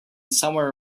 somewhere